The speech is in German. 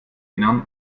innern